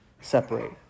separate